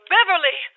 Beverly